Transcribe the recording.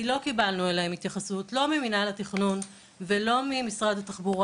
כי לא קיבלנו עליהם התייחסות לא ממנהל התכנון ולא ממשרד התחבורה